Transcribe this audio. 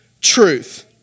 truth